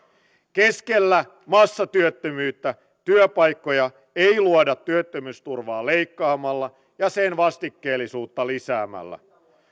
keskellä massatyöttömyyttä työpaikkoja ei luoda työttömyysturvaa leikkaamalla ja sen vastikkeellisuutta lisäämällä